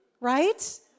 Right